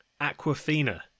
Aquafina